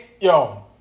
Yo